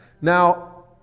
Now